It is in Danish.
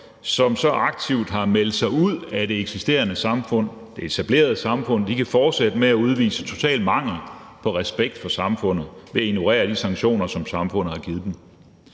som så aktivt har meldt sig ud af det eksisterende samfund, det etablerede samfund, kan fortsætte med at udvise total mangel på respekt for samfundet ved at ignorere de sanktioner, som samfundet har givet dem.